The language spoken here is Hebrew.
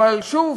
אבל שוב,